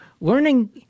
learning